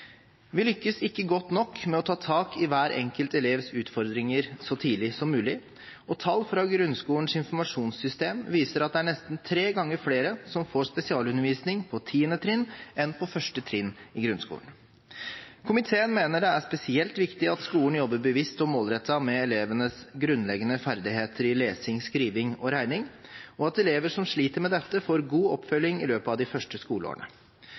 Vi lykkes ikke godt nok med å ta tak i hver enkelt elevs utfordringer så tidlig som mulig, og tall fra Grunnskolens informasjonssystem viser at det er nesten tre ganger så mange som får spesialundervisning på 10. trinn som på 1. trinn. Komiteen mener det er spesielt viktig at skolen jobber bevisst og målrettet med elevenes grunnleggende ferdigheter i lesing, skriving og regning, og at elever som sliter med dette, får god oppfølging i løpet av de første skoleårene.